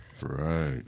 Right